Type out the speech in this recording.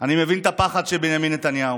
אני מבין את הפחד של בנימין נתניהו.